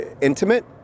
intimate